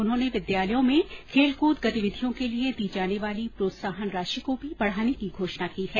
उन्होंने विद्यालयों में खेलकृद गतिविधियों के लिये दी जाने वाली प्रोत्साहन राशि को भी बढाने की घोषणा की है